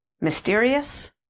mysterious